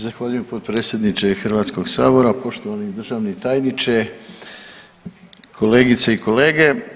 Zahvaljujem potpredsjedniče Hrvatskog sabora, poštovani državni tajniče, kolegice i kolege.